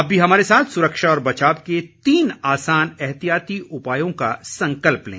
आप भी हमारे साथ सुरक्षा और बचाव के तीन आसान एहतियाती उपायों का संकल्प लें